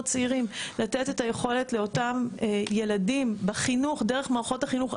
צעירים לתת את היכולת לאותם ילדים דרך מערכות החינוך.